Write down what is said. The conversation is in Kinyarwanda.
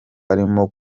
arimo